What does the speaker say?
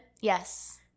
yes